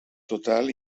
total